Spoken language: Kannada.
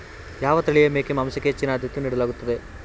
ಯಾವ ತಳಿಯ ಮೇಕೆ ಮಾಂಸಕ್ಕೆ ಹೆಚ್ಚಿನ ಆದ್ಯತೆ ನೀಡಲಾಗುತ್ತದೆ?